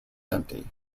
empty